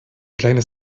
kleines